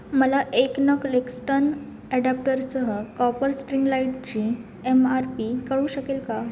मला एक नग लेक्स्टन ॲडॅप्टरसह कॉपर स्ट्रिंग लाईटची एम आर पी कळू शकेल का